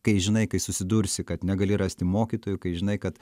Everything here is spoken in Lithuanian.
kai žinai kai susidursi kad negali rasti mokytojų kai žinai kad